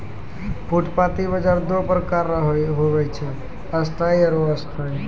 फुटपाटी बाजार दो प्रकार रो हुवै छै स्थायी आरु अस्थायी